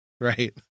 right